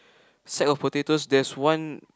sack of potatoes there's one